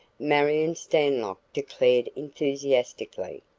marion stanlock declared enthusiastically.